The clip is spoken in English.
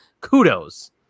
Kudos